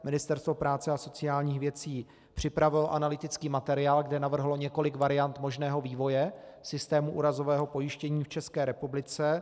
Ministerstvo práce a sociálních věcí připravilo analytický materiál, kde navrhlo několik variant možného vývoje systému úrazového pojištění v České republice.